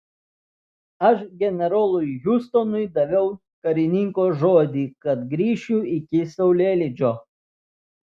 aš generolui hiustonui daviau karininko žodį kad grįšiu iki saulėlydžio